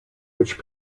which